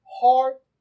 heart